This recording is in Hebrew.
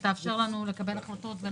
שתאפשר לנו לקבל החלטות.